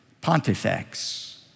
pontifex